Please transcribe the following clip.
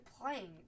playing